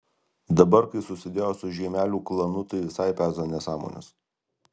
dabar kai susidėjo su žiemelių klanu tai visai peza nesąmones